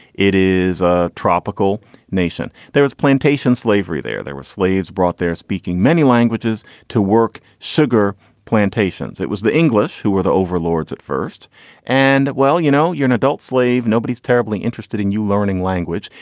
it is a tropical nation. there was plantation slavery there. there were slaves brought there, speaking many languages to work. sugar plantations. it was the english who were the overlords at first and, well, you know, you're an adult slave. nobody's terribly interested in you learning language.